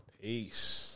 Peace